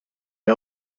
are